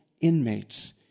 inmates